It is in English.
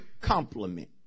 compliment